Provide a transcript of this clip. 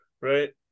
right